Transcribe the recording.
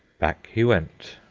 back he went.